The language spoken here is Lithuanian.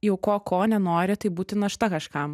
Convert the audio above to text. jau ko ko nenori tai būti našta kažkam